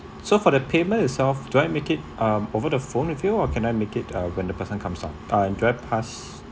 so for the payment itself do I make it um over the phone with you or can I make it uh when the person comes on um do I pass